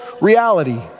reality